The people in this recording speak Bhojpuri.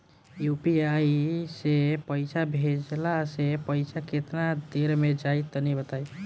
यू.पी.आई से पईसा भेजलाऽ से पईसा केतना देर मे जाई तनि बताई?